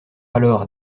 alors